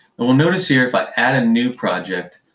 ah notice here if i add a new project,